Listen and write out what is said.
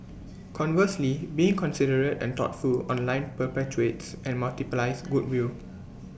conversely being considerate and thoughtful online perpetuates and multiplies goodwill